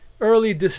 early